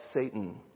Satan